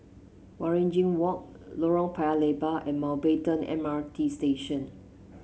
Waringin Walk Lorong Paya Lebar and Mountbatten M R T Station